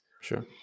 Sure